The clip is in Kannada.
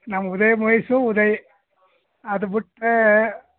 ನಾವು ಉದಯ ಮೂವೀಸು ಉದಯ ಅದು ಬಿಟ್ರೆ